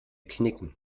knicken